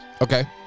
Okay